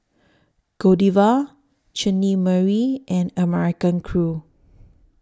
Godiva Chutney Mary and American Crew